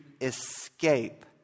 escape